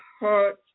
hurt